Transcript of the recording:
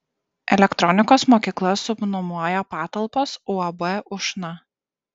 elektronikos mokykla subnuomoja patalpas uab ušna